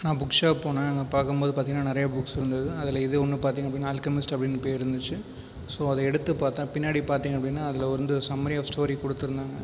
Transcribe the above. நான் books shop போனேன் அங்கே பார்க்கும்போது பார்த்தீங்கனா நிறையா புக்ஸ் இருந்தது அதில் இது ஒன்று பார்த்தீங்க அப்படினா அல்கமீஸ்ட் அப்படினு பேர் இருந்திச்சு ஸோ அதை எடுத்து பார்த்தா பின்னாடி பார்த்தீங்க அப்படினா அதில் வந்து சம்மரி ஆஃப் ஸ்டோரி கொடுத்து இருந்தாங்க